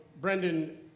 Brendan